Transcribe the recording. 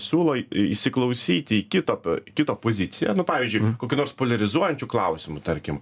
siūlo į įsiklausyti į kito p kito poziciją nu pavyzdžiui kokiu nors poliarizuojančiu klausimu tarkim